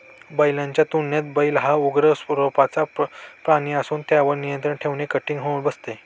बैलाच्या तुलनेत बैल हा उग्र स्वरूपाचा प्राणी असून त्यावर नियंत्रण ठेवणे कठीण होऊन बसते